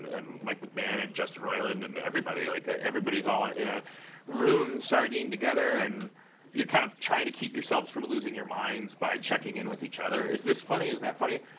and mike mcmahan, and justin roiland and everybody. like, everybody's all in in a room, sardined together. and you're kind of trying to keep yourselves from losing your minds by checking in with each other is this funny? is that funny?